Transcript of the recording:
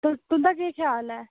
तुंदा केह् ख्याल ऐ